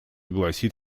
гласит